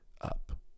up